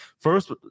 first